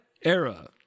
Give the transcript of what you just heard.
era